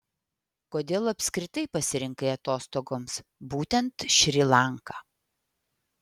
kodėl apskritai pasirinkai atostogoms būtent šri lanką